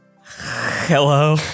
Hello